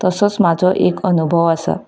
तसोच म्हजो एक अनुभव आसा